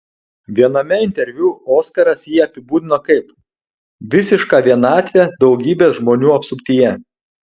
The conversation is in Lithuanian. viename interviu oskaras jį apibūdino kaip visišką vienatvę daugybės žmonių apsuptyje